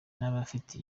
n’abafite